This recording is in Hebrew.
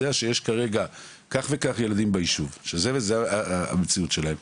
יודע שיש כך וכך ילדים בישוב שזו המציאות שלהם,